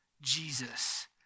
Jesus